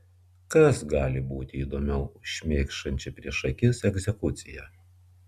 kas gali būti įdomiau už šmėkšančią prieš akis egzekuciją